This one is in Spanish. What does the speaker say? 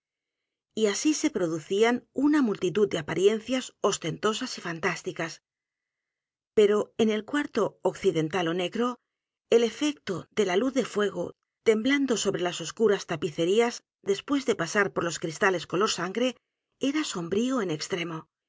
y así se producían una multitud de apariencias ostentosas y fantásticas pero en el cuarto occidental ó n e g r o el efecto de la luz de fuego temblando sobre las oscuras tapicerías después de p a s a r por ios cristales color sangre era sombrío en extremo